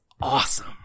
awesome